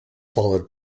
followed